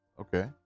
Okay